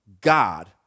God